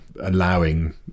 allowing